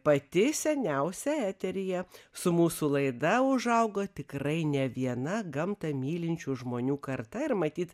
pati seniausia eteryje su mūsų laida užaugo tikrai ne viena gamtą mylinčių žmonių karta ir matyt